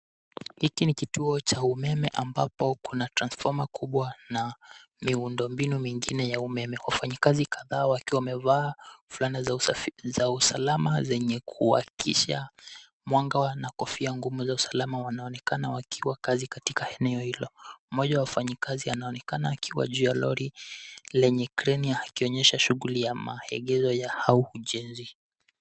Hiki ni kituo cha umeme ambapo kuna transformer kubwa na miundo mbinu mingine ya umeme. Wafanyikazi kadhaa wakiwa wamevaa fulana za usalama zenye kuwakisha mwanga na kofia ngumu za usalama wanaonekana wakiwa kazi katika eneo hilo. Mmoja wa wafanyikazi anaonekana akiwa juu ya lori lenye kreni akionyesha shughuli ya maegezo au ujenzi.